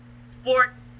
sports